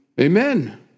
amen